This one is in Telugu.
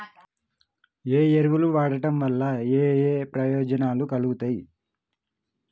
ఏ ఎరువులు వాడటం వల్ల ఏయే ప్రయోజనాలు కలుగుతయి?